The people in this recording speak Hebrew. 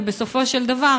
ובסופו של דבר,